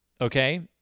okay